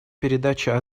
передача